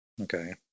Okay